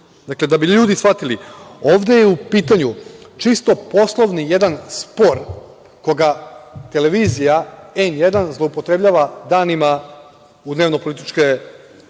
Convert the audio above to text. da bi ljudi shvatili, ovde je u pitanju čisto poslovni jedan spor koga televizija „N1“, zloupotrebljava danima u dnevno političke